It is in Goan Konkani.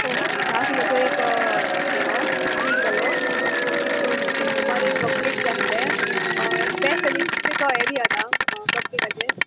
ओके धा किलोचो एक वो केक जालो मागीर पंचवीस सुमार एक कपकेक जाय आहले बॅस्ट सॅलिंग हे दी आतां कपकेकाचे